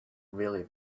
really